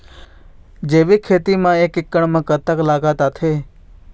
जैविक खेती म एक एकड़ म कतक लागत आथे?